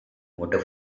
motor